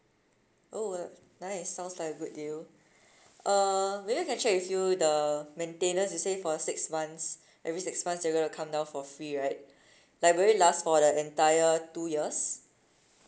oh well nice sounds like a good deal uh maybe I can check with you the maintenance you say for the six months every six months you're gonna come down for free right like will it last for the entire two years